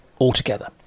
altogether